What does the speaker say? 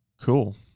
Cool